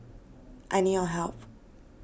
I need your help